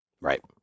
Right